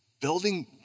building